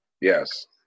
yes